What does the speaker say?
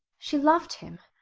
she loved him